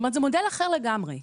זאת אומרת, זה מודל אחר לגמרי.